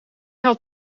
had